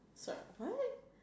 sorry what